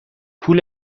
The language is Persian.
پول